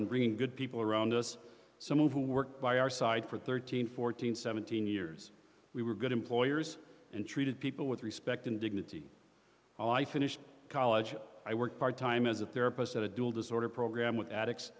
bringing good people around us some of whom work by our side for thirteen fourteen seventeen years we were good employers and treated people with respect and dignity while i finished college i worked part time as a therapist at a dual disorder program with addicts